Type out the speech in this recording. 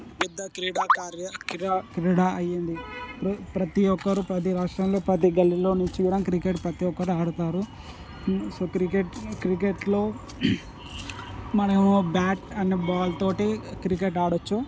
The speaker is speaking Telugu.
పెద్ద క్రీడ కార్య క్రీడ క్రీడ అయ్యింది ప్రతి ఒక్కరు ప్రతి రాష్ట్రంలో ప్రతి గల్లీలో నుంచి కూడా క్రికెట్ ప్రతి ఒక్కరూ ఆడుతారు సో క్రికెట్ క్రికెట్లో మనం బ్యాట్ అండ్ బాల్ తోటి క్రికెట్ ఆడొచ్చు